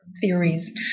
theories